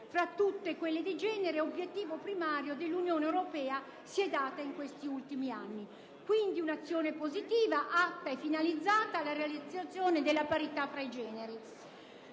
tra tutte quelle di genere, obiettivo primario che l'Unione europea si è data in questi ultimi anni. Quindi, un'azione positiva atta e finalizzata alla realizzazione della parità tra i generi.